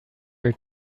her